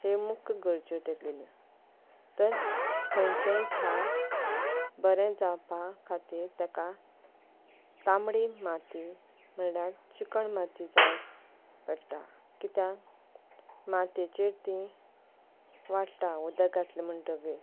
ह्यो मुख्य गरजो तेगेलो तर खंयचेंय झाड बरें जावपा खातीर ताका तांबडी माती म्हणल्यार चिकण माती जाय पडटा किद्या मातेचेर तीं वाडटा उद घातले म्हणटगी